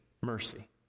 Mercy